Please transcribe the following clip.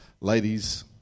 Ladies